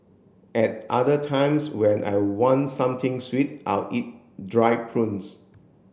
at other times when I want something sweet I'll eat dried prunes